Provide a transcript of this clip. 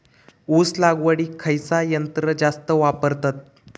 ऊस लावडीक खयचा यंत्र जास्त वापरतत?